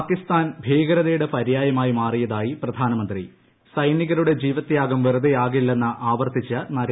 പാകിസ്ഥാൻ ഭീകരതയുടെ പര്യായമായി മാറിയതായി പ്രധാനമന്ത്രി സൈനികരുടെ ജീവൃത്യാഗം വെറുതെയാകില്ലെന്ന് ആവർത്തിച്ച് ന്ദുരേന്ദ്ര മോദി